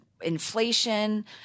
inflation